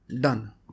done